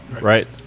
Right